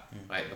mm